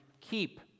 keep